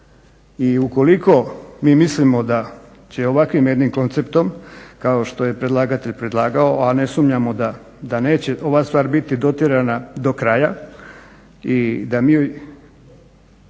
I ukoliko mi mislimo da će ovakvim jednim konceptom kao što je predlagatelj predlagao, a ne sumnjamo da neće ova stvar biti dotjerana do kraja i da ćemo